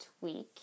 week